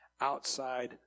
outside